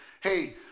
hey